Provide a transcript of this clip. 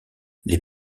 les